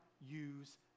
use